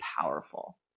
powerful